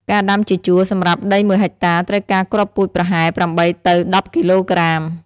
ការដាំជាជួរ សម្រាប់ដី ១ ហិកតា ត្រូវការគ្រាប់ពូជប្រហែល ៨ ទៅ ១០ គីឡូក្រាម។